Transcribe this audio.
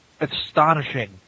astonishing